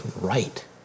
right